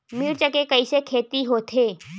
मिर्च के कइसे खेती होथे?